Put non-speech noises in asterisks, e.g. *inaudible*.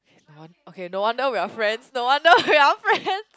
no won~ okay no wonder we are friends no wonder we are *laughs* friends